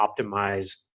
optimize